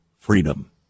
freedom